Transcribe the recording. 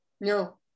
No